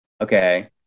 okay